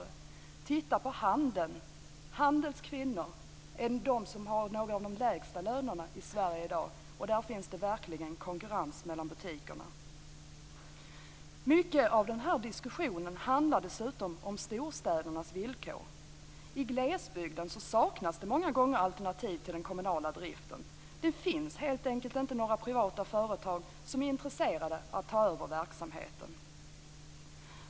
Men titta på handeln! Handels kvinnor tillhör dem i Sverige som i dag har bland de lägsta lönerna trots att det verkligen är konkurrens mellan butikerna. Mycket i den här diskussionen handlar dessutom om storstädernas villkor. I glesbygden saknas många gånger alternativ till den kommunala driften. Det finns helt enkelt inte privata företag som är intresserade av att ta över verksamheten.